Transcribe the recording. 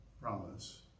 promise